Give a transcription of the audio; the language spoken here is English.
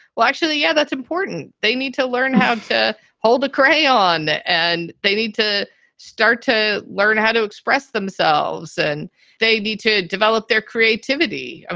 well, actually, yeah, that's important. they need to learn how to hold the crayon and they need to start to learn how to express themselves and they need to develop their creativity. i